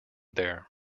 there